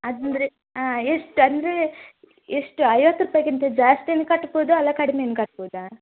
ಅಂದರೆ ಎಷ್ಟು ಅಂದರೆ ಎಷ್ಟು ಐವತ್ತು ರೂಪಾಯಿಗಿಂತ ಜಾಸ್ತಿಯೆ ಕಟ್ಬೋದ ಅಲ್ಲ ಕಡ್ಮೆಯೆ ಕಟ್ಬೋದ